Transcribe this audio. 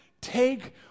take